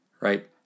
right